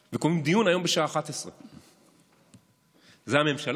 וקובעים דיון היום בשעה 11:00. זה הממשלה?